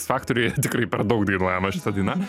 iks faktoriuje tikrai per daug dainuojama šita daina